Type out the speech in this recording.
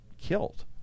killed